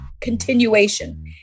continuation